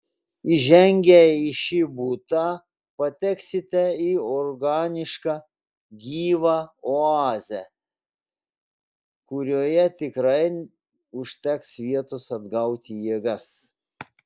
įžengę į šį butą pateksite į organišką gyvą oazę kurioje tikrai užteks vietos atgauti jėgas